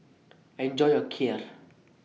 Enjoy your Kheer